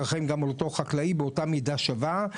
תרחם גם על אותו חקלאי באותה מידה שווה,